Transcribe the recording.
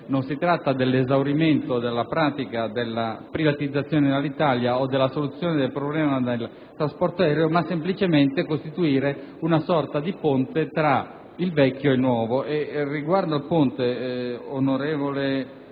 non si tratta dell'esaurimento della pratica della privatizzazione di Alitalia o della soluzione del problema del trasporto aereo, ma semplicemente di costituire una sorta di ponte tra il vecchio e il nuovo.